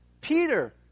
Peter